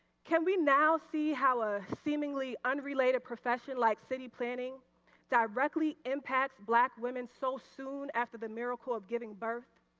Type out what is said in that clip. can we now see how a seemingly unrelated profession like city planning directly impacts black women so soon after the miracle of giving birth?